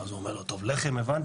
אז הוא אומר לו: 'טוב, לחם הבנתי.